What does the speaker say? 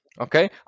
okay